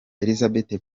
elizabeth